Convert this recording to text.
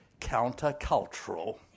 countercultural